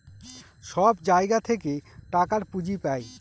সব জায়গা থেকে টাকার পুঁজি পাই